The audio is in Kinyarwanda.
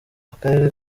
akarere